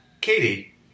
Katie